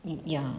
and ya